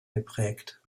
geprägt